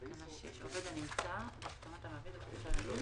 מי בעד הצעת החוק?